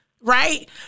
right